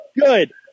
Good